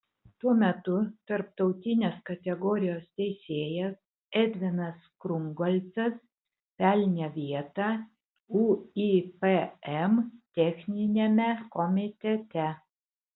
tuo metu tarptautinės kategorijos teisėjas edvinas krungolcas pelnė vietą uipm techniniame komitete